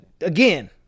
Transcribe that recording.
again